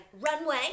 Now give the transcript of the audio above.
runway